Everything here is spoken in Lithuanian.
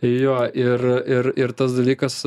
jo ir ir ir tas dalykas